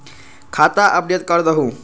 खाता अपडेट करदहु?